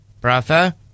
Brother